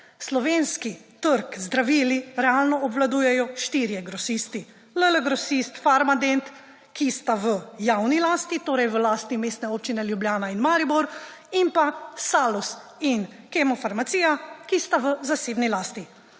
Slovenski trg z zdravili realno obvladujejo štirje grosisti: LL Grosist, Farmadent, ki sta v javni lasti, torej v lastni Mestne občine Ljubljana in Maribor in pa Salus in Kemofarmacija, ki sta v zasebni lasti.